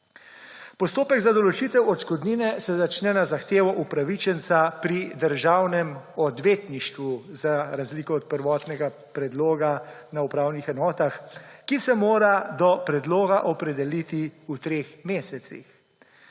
Postopek za določitev odškodnine se začne na zahtevo upravičenca pri Državnem odvetništvu – za razliko od prvotnega predloga na upravnih enotah – ki se mora do predloga opredeliti v treh mesecih.